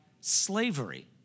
slavery